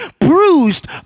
bruised